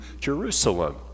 Jerusalem